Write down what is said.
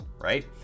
right